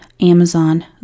Amazon